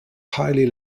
highly